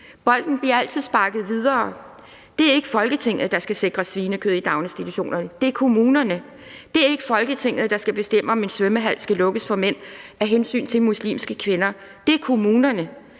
Bolden bliver altid sparket videre. Men det er ikke Folketinget, der skal sikre svinekød i daginstitutionerne – det er kommunerne. Det er ikke Folketinget, der skal bestemme, om en svømmehal skal lukkes for mænd af hensyn til muslimske kvinder – det er kommunerne.